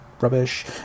rubbish